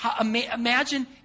imagine